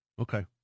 Okay